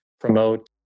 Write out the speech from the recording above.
promote